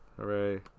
Hooray